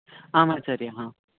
आमाचार्याः